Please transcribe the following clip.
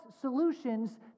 solutions